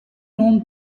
known